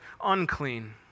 unclean